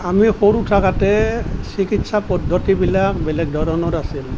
সৰু থাকোঁতে চিকিৎসা পদ্ধতিবিলাক বেলেগ ধৰণৰ আছিল